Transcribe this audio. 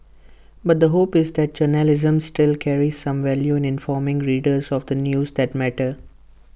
but the hope is that journalism still carries some value informing readers of the news that matter